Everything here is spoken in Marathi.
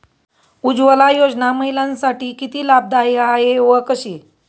उज्ज्वला योजना महिलांसाठी किती लाभदायी आहे व कशी?